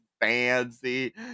fancy